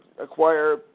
acquire